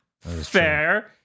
Fair